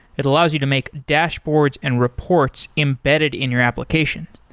it allows you to make dashboards and reports embedded in your application.